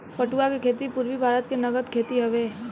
पटुआ के खेती पूरबी भारत के नगद खेती हवे